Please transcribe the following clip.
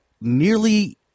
nearly